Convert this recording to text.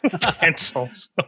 Pencils